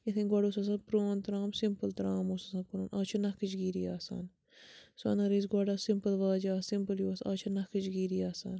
یِتھ کٔنۍ گۄڈٕ اوس آسان پرٛون ترٛام سِمپٕل ترٛام اوس آسان کٕنُن آز چھُ نَقٕش گیٖری آسان سۄنَر ٲسۍ گۄڈٕ آسہٕ سِمپٕل واجہٕ آسہٕ سِمپٕلٕے اوس آز چھےٚ نَقٕش گیٖری آسان